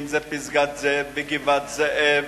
אם זה פסגת-זאב, גבעת-זאב